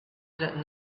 that